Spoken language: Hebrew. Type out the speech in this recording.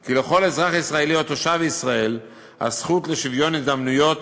כי "לכל אזרח ישראלי או תושב ישראל הזכות לשוויון הזדמנויות